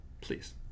please